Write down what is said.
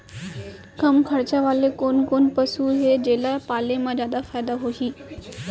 कम खरचा वाले कोन कोन पसु हे जेला पाले म जादा फायदा होही?